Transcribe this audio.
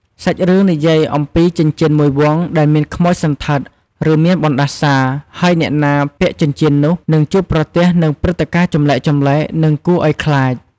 សាច់រឿងនិយាយអំពីចិញ្ចៀនមួយវង់ដែលមានខ្មោចសណ្ឋិត ឬមានបណ្ដាសា ហើយអ្នកណាពាក់ចិញ្ចៀននោះ នឹងជួបប្រទះនឹងព្រឹត្តិការណ៍ចម្លែកៗ និងគួរឲ្យខ្លាច។